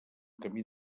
camí